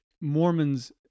Mormons